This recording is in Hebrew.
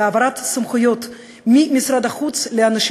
בהעברת הסמכויות ממשרד החוץ לאנשים